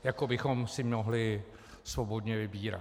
Jako bychom si mohli svobodně vybírat.